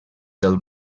del